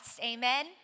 Amen